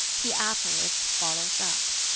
he afterwards follows up.